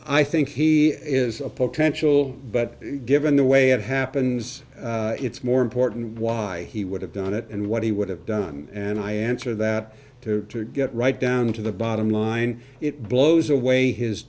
i think he is a potential but given the way it happens it's more important why he would have done it and what he would have done and i answer that to get right down to the bottom line it blows away his